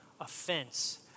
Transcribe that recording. Offense